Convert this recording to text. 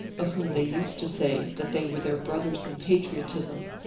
of whom they used to say that they were their brothers in patriotism,